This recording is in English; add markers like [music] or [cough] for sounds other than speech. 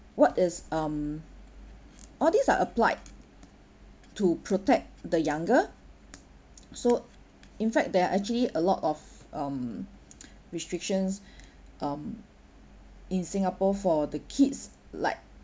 what is um all these are applied to protect the younger so in fact there are actually a lot of um [breath] restrictions [breath] um in singapore for the kids like like